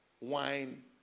wine